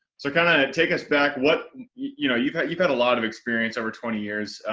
so kind of take us back what you know you've had, you've had a lot of experience over twenty years,